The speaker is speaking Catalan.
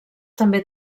també